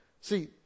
See